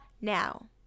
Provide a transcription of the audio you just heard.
now